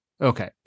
Okay